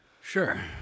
Sure